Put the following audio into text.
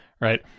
right